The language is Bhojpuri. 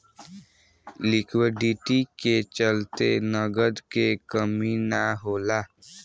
लिक्विडिटी के चलते नगद के कमी ना होला